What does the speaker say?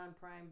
Prime